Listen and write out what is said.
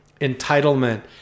entitlement